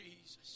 Jesus